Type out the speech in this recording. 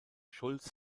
schulz